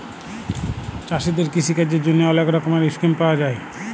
চাষীদের কিষিকাজের জ্যনহে অলেক রকমের ইসকিম পাউয়া যায়